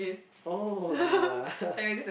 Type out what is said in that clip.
oh no lah